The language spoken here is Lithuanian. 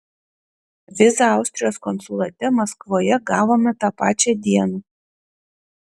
vizą austrijos konsulate maskvoje gavome tą pačią dieną